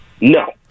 No